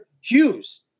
Hughes